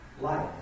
life